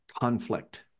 conflict